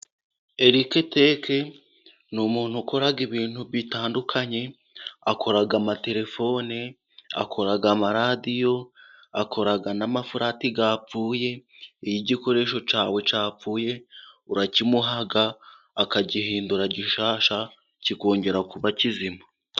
Erike teke ni umuntu ukora ibintu bitandukanye, akora amatelefone, akora amaradiyo, akora n'amafulati yapfuye, iyo igikoresho cyawe cyapfuye urakimuha, akagihindura gishyashya, kikongera kuba kizima.